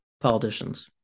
politicians